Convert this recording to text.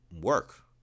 work